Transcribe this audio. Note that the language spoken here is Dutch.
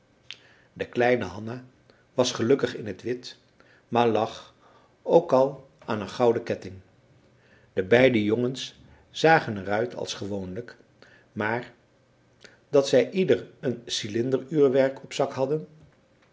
de kleine hanna was gelukkig in t wit maar lag ook al aan een gouden ketting de beide jongens zagen er uit als gewoonlijk maar dat zij ieder een cylinderuurwerk op zak hadden